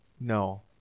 no